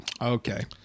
Okay